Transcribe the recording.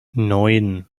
neun